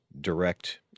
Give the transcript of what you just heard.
direct